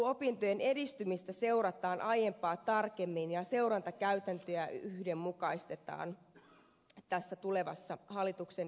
korkeakouluopintojen edistymistä seurataan aiempaa tarkemmin ja seurantakäytäntöjä yhdenmukaistetaan tässä hallituksen esityksessä